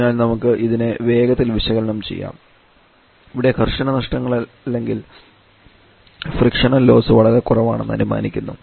അതിനാൽ നമുക്ക് ഇതിനെ വേഗത്തിൽ വിശകലനം ചെയ്യാംഇവിടെ ഘർഷണ നഷ്ടങ്ങൾ അല്ലെങ്കിൽ ഫ്രിക്ഷണൽ ലോസ് വളരെ കുറവാണെന്ന് അനുമാനിക്കുന്നു